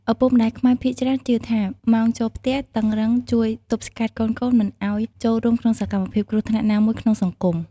ឪពុកម្តាយខ្មែរភាគច្រើនជឿថា ម៉ោងចូលផ្ទះតឹងរឹងជួយទប់ស្កាត់កូនៗមិនឱ្យចូលរួមក្នុងសកម្មភាពគ្រោះថ្នាក់ណាមួយក្នុងសង្គម។